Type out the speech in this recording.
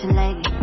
lady